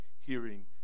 hearing